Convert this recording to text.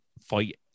fight